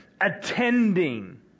attending